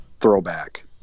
throwback